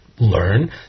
learn